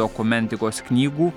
dokumentikos knygų